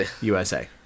USA